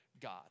God